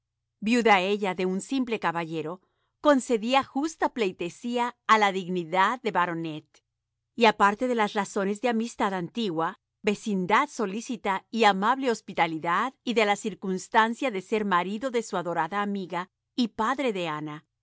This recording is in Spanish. viuda ella de un simple caballero concedía justa pleitesía a la dignidad de baronet y aparte de las razones de amistad antigua vecindad solícita y amable hospitalidad y de la circunstancia de ser marido de su adorada amiga y padre de ana